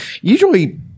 usually